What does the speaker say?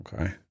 Okay